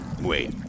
Wait